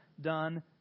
done